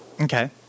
Okay